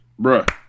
Bruh